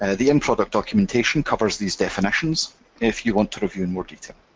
and the in-product documentation covers these definitions if you want to review in more detail.